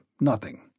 nothing